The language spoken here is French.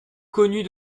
connue